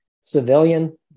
civilian